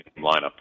lineup